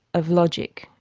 of logic,